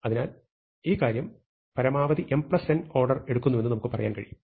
അതിനാൽ ഈ കാര്യം പരമാവധി mn ഓർഡർ എടുക്കുന്നുവെന്ന് നമുക്ക് പറയാൻ കഴിയും